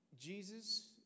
Jesus